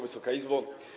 Wysoka Izbo!